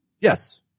Yes